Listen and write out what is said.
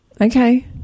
Okay